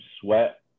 sweat